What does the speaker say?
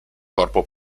corpo